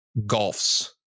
golfs